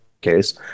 case